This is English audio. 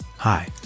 Hi